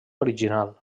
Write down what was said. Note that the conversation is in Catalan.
original